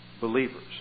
believers